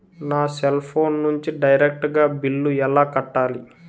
నా cell phone నుంచి direct గా బిల్లు ఎలా కట్టాలి?